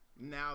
Now